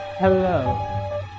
Hello